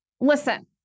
Listen